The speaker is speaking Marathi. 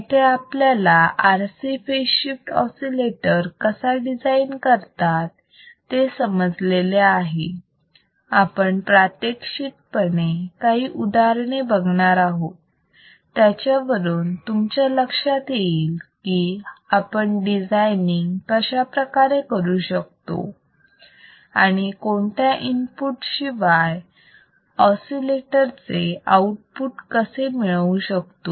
इथे आपल्याला RC फेज शिफ्ट ऑसिलेटर कसा डिझाईन करतात ते समजलेले आहे आपण प्रात्यक्षित मध्ये काही उदाहरणे बघणार आहोत याच्यावरून तुमच्या लक्षात येईल की आपण डिझायनिंग कशाप्रकारे करू शकतो आणि कोणत्याही इनपुट शिवाय ऑसिलेटर चे आउटपुट कसे मिळवू शकतो